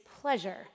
pleasure